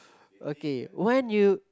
okay when you